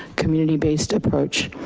community based approach.